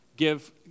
give